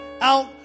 out